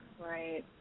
right